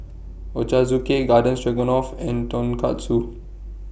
Ochazuke Garden Stroganoff and Tonkatsu